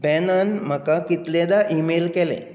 Bannon म्हाका कितलेदा email केलें